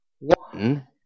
One